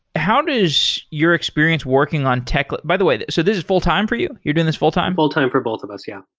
how does your experience working on tech by the way, so this is full time for you? you're doing this full-time? full-time for both of us. yeah.